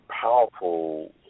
powerful